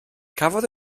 cafodd